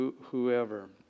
whoever